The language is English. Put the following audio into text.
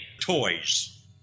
toys